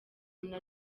muntu